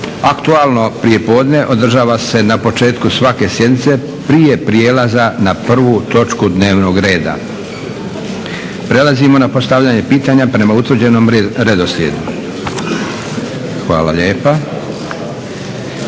Aktualno prijepodne održava se na početku svake sjednice prije prijelaza na prvu točku dnevnog reda. Prelazimo na postavljanje pitanja prema utvrđenom redoslijedu. Hvala lijepa.